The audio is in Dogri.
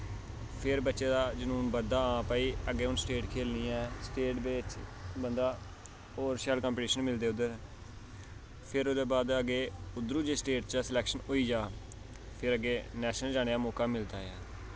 फिर बच्चे दा जनून बधदा हां भाई हून अग्गें हून स्टेट खेलनी ऐ स्टेट बिच्च बंदा होर शैल कंपिटीशन मिलदे उद्धर फिर ओह्दे बाद अग्गें उद्धरों जे स्टेट चा स्लैक्शन होई जा फिर अग्गें नैशनल जाने दा मौका मिलदा ऐ